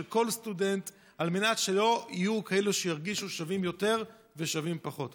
כל הסטודנטים על מנת שלא יהיו כאלה שירגישו שווים יותר ושווים פחות.